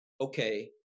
okay